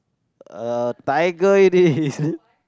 uh tiger it is